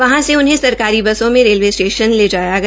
वहां से उन्हें सरकारी बसों में रेलवे स्टेशन ले जाया गया